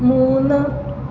മൂന്ന്